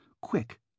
Quick